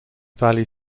valley